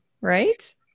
right